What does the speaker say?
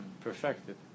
perfected